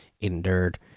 endured